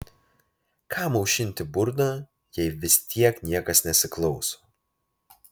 kam aušinti burną jei vis tiek niekas nesiklauso